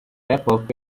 epoch